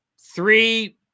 three